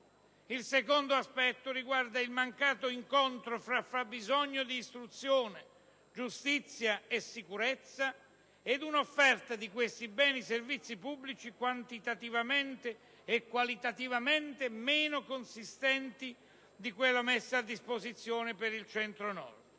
Il secondo aspetto riguarda il mancato incontro tra il fabbisogno di istruzione, giustizia e sicurezza ed un'offerta di questi beni e servizi pubblici quantitativamente e qualitativamente meno consistente di quella messa a disposizione per il Centro-Nord.